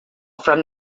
from